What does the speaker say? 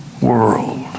world